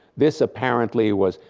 this apparently was,